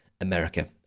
America